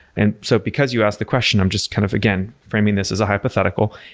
and so, because you asked the question, i'm just kind of, again, framing this is a hypothetical.